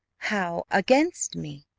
how against me?